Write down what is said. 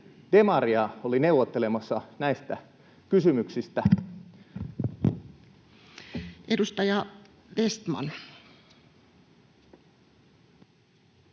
demaria oli neuvottelemassa näistä kysymyksistä. [Speech